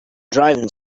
driving